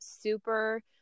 super